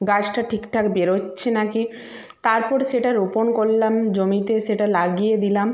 গাছটা ঠিকঠাক বেরোচ্ছে না কি তারপর সেটা রোপণ করলাম জমিতে সেটা লাগিয়ে দিলাম